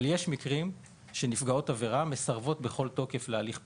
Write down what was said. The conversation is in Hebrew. אבל יש מקרים שבהם נפגעות עבירה מסרבות בכל תוקף להליך פלילי,